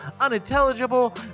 unintelligible